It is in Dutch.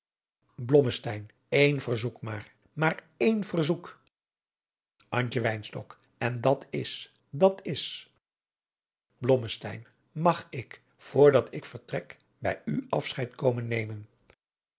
een verzoek maar maar één verzoek antje wynstok en dat is dat is blommesteyn mag ik voor dat ik vertrek bij u afscheid komen nemen